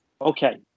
Okay